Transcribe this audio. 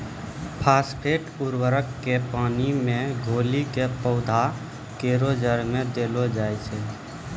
phosphate उर्वरक क पानी मे घोली कॅ पौधा केरो जड़ में देलो जाय छै